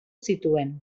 zituen